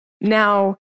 Now